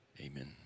Amen